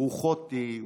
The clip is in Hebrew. ברוכות תהיו.